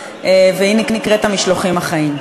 והיא נקראת המשלוחים החיים.